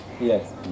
Yes